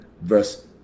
verse